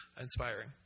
inspiring